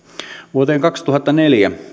vuoteen kaksituhattaneljä